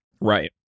Right